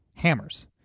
hammers